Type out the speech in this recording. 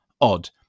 odd